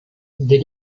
des